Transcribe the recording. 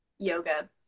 yoga